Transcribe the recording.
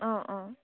অঁ অঁ